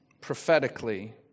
prophetically